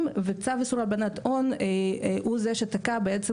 וצו איסור הלבנת הון הוא זה שתקע בעצם